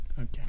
Okay